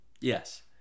yes